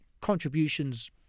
contributions